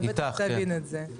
אתה בטח תבין את זה.